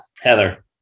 Heather